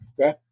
Okay